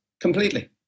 Completely